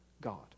God